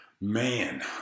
Man